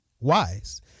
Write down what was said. wise